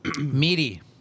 meaty